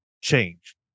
change